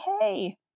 hey